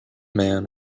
man